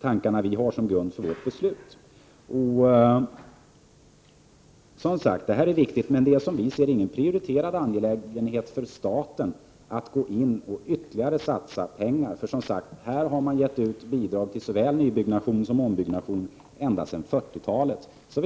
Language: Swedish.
tankar som ligger till grund för vårt beslut. Som sagt, detta är viktigt, men det finns inte, som vi ser det, någon anledning för staten att gå in och satsa ytterligare pengar på detta. Staten har gett bidrag till såväl nybyggande som ombyggnad ända sedan 1940-talet.